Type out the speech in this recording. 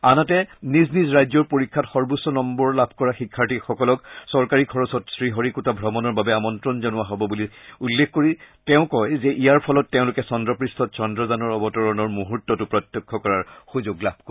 আনহাতে নিজ নিজ ৰাজ্যৰ পৰীক্ষাত সৰ্বোচ্চ নম্নৰ লাভ কৰা শিক্ষাৰ্থীসকলক চৰকাৰী খৰচত শ্ৰীহৰিকোটা ভ্ৰমণৰ বাবে আমন্ত্ৰণ জনোৱা হব বুলি উল্লেখ কৰি তেওঁ কয় যে ইয়াৰ ফলত তেওঁলোকে চন্দ্ৰপৃষ্ঠত চন্দ্ৰযানৰ অৱতৰণৰ মুহূৰ্তটো প্ৰত্যক্ষ কৰাৰ সুযোগ লাভ কৰিব